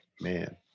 man